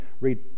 read